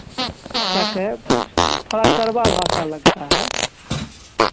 क्या कहे थोड़ा कड़वा भाषा लगता है